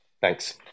Thanks